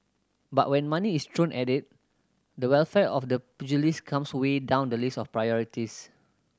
but when money is thrown at it the welfare of the pugilist comes way down the list of priorities